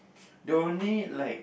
don't need like